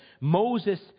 Moses